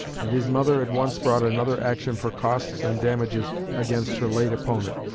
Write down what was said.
and his mother at once brought another action for costs and damages against her late opponent,